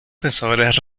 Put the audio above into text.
pensadores